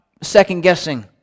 second-guessing